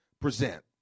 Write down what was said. present